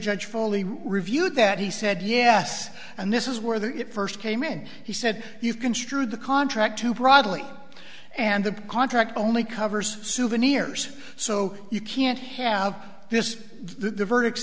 judge fully reviewed that he said yes and this is where the it first came in he said you construed the contract to broadly and the contract only covers souvenirs so you can't have this the verdict